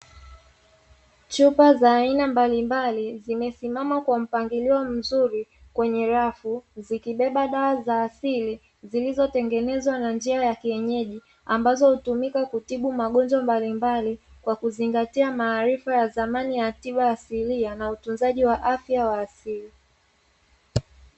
Chupa za aina mbalimbali zimesimama kwa mpangilio mzuri kwenye rafu zikibeba dawa za asili zilizotengenezwa na njia ya kienyeji, ambazo hutumika kutibu magonjwa mbalimbali kwa kuzingatia maarifa ya zamani ya tiba asilia na utunzaji wa afya wa asili.